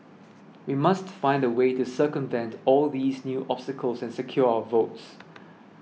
we must find a way to circumvent all these new obstacles and secure our votes